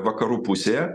vakarų pusėje